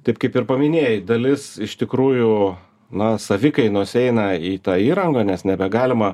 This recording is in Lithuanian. taip kaip ir paminėjai dalis iš tikrųjų na savikainos eina į tą įrangą nes nebegalima